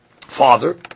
father